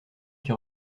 qui